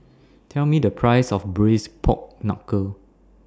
Tell Me The Price of Braised Pork Knuckle